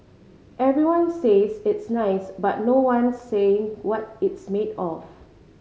everyone says it's nice but no one's saying what it's made of